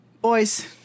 Boys